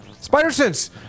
Spider-Sense